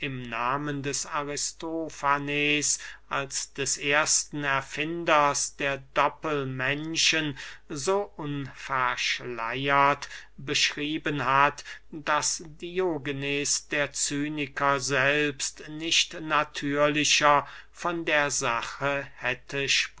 im nahmen des aristofanes als des ersten erfinders der doppelmenschen so unverschleiert beschrieben hat daß diogenes der cyniker selbst nicht natürlicher von der sache hätte